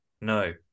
No